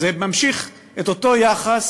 זה ממשיך את אותו יחס